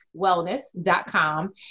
Wellness.com